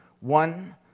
one